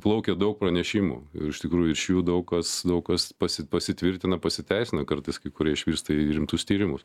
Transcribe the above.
plaukia daug pranešimų iš tikrųjų iš jų daug kas daug kas pasi pasitvirtina pasiteisina kartais kai kurie išvirsta į rimtus tyrimus